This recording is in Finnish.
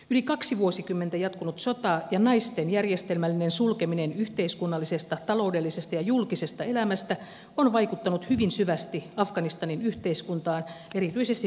yli kaksi vuosikymmentä jatkunut sota ja naisten järjestelmällinen sulkeminen yhteiskunnallisesta taloudellisesta ja julkisesta elämästä ovat vaikuttaneet hyvin syvästi afganistanin yhteiskuntaan erityisesti naisiin